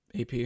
AP